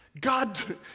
God